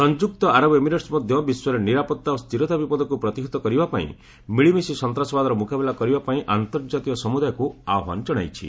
ସଂଯୁକ୍ତ ଆରବ ଏମିରେଟସ୍ ମଧ୍ୟ ବିଶ୍ୱରେ ନିରାପତ୍ତା ଓ ସ୍ଥିରତା ବିପଦକୁ ପ୍ରତିହତ କରିବା ପାଇଁ ମିଳିମିଶି ସନ୍ତାସବାଦର ମୁକାବିଲା କରିବା ପାଇଁ ଅନ୍ତର୍ଜାତୀୟ ସମୁଦାୟକ ଆହ୍ୱାନ କ୍ଷଣାଇଛି